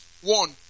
One